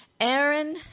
Aaron